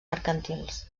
mercantils